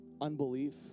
unbelief